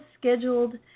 scheduled